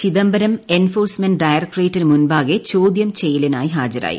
Chidambaram enforcement ഡയറക്ടറേറ്റിന് മുമ്പാകെ ചോദ്യം ചെയ്യലിനായി ഹാജരായി